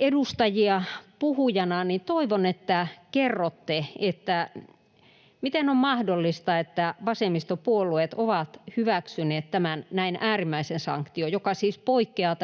edustajia, niin toivon, että kerrotte, miten on mahdollista, että vasemmistopuolueet ovat hyväksyneet näin äärimmäisen sanktion, joka siis poikkeaa